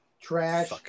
trash